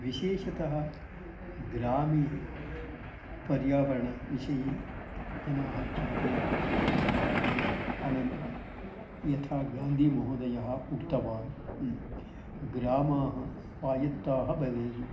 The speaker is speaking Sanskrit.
विशेषतः ग्रामे पर्यावरणविषये जनाः चिन्तयन्ति चेत् अनन्तरं यथा गान्धी महोदयः उक्तवान् ग्रामाः स्वायत्ताः भवेयुः